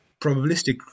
probabilistic